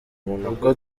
ubwo